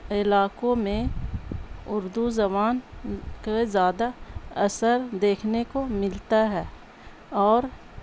علاقوں میں اردو زبان کے زیادہ اثر دیکھنے کو ملتا ہے اور